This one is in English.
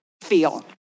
feel